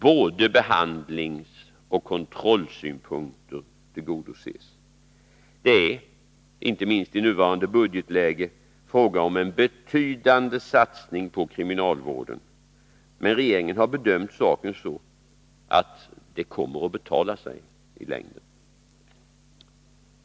Både behandlingsoch kontrollsynpunkter tillgodoses. Det är — inte minst i nuvarande budgetläge — fråga om en betydande satsning på kriminalvården, men regeringen har bedömt saken så, att det kommer att betala sig i längden.